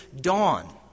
dawn